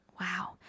wow